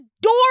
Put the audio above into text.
door